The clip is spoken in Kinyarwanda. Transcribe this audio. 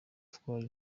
turwane